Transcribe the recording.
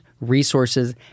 resources